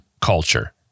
culture